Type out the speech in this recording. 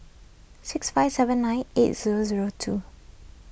six five seven nine eight zero zero two